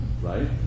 right